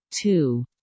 two